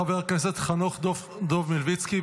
חבר הכנסת חנוך דב מלביצקי,